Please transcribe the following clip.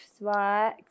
Right